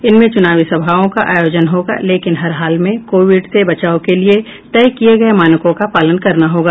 इनमें चुनावी सभाओं का आयोजन होगा लेकिन हरहाल में कोविड से बचाव के लिये तय किये गये मानकों का पालन करना होगा